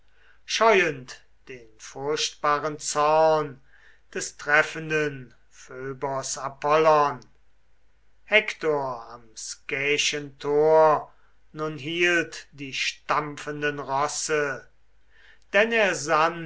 scheuend den furchtbaren zorn des treffenden phöbos apollon hektor am skäischen tor nun hielt die stampfenden rosse denn er